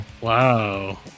Wow